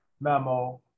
memo